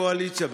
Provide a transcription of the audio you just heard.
קואליציה,